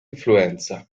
influenza